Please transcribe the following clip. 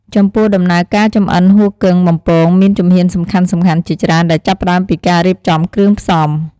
ចំពោះ ដំណើរការចម្អិនហ៊ូគឹងបំពងមានជំហានសំខាន់ៗជាច្រើន ដែលចាប់ផ្ដើមពីការរៀបចំគ្រឿងផ្សំ។